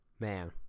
Man